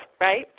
right